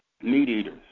meat-eaters